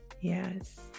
Yes